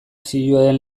zioen